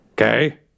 Okay